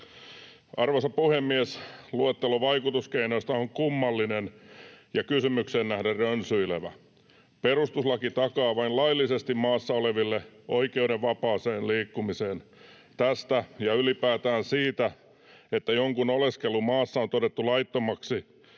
Arvoisa puhemies! Luettelo vaikutuskeinoista on kummallinen ja kysymykseen nähden rönsyilevä. Perustuslaki takaa vain laillisesti maassa oleville oikeuden vapaaseen liikkumiseen. Tästä ja ylipäätään siitä, että jonkun oleskelu maassa on todettu laittomaksi,